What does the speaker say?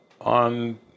on